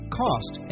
cost